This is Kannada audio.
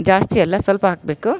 ಜಾಸ್ತಿ ಅಲ್ಲ ಸ್ವಲ್ಪ ಹಾಕ್ಬೇಕು